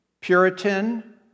Puritan